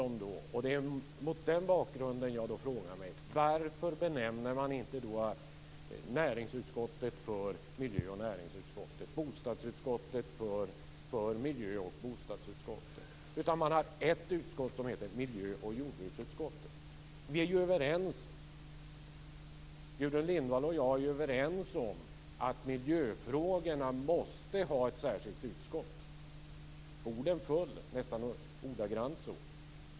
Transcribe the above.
Mot den bakgrunden frågar jag mig varför man inte kallar näringsutskottet för miljö och näringsutskottet och bostadsutskottet för miljö och bostadsutskottet utan har ett utskott som heter miljö och jordbruksutskottet. Gudrun Lindvall och jag är ju överens om att miljöfrågorna måste ha ett särskilt utskott. Orden föll nästan ordagrant så.